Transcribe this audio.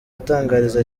atangariza